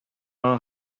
аңа